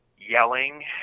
yelling